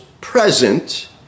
present